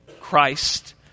Christ